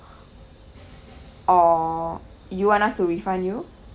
or you want us to refund you